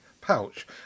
pouch